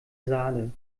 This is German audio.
saale